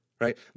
right